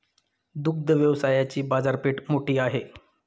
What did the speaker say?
दुग्ध व्यवसायाची बाजारपेठ मोठी आहे